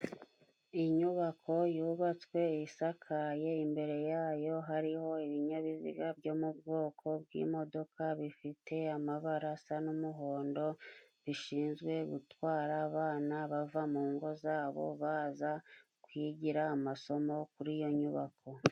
Inyubako yubatswe isakaye, imbere yayo hariho ibinyabiziga byo mu bwoko bw'imodoka, bifite amabara asa n'umuhondo, bishinzwe gutwara abana bava mu ngo zabo baza kwigira amasomo kuri iyo nyubako.